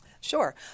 Sure